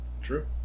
True